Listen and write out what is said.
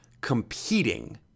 competing